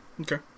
Okay